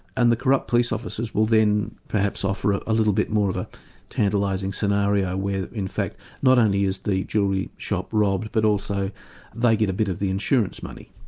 and the corrupt police officers will then perhaps offer ah a little bit more of a tantalising scenario where in fact not only is the jewellery shop robbed, but also they get a bit of the insurance money.